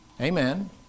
Amen